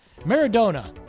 Maradona